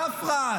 ספרא,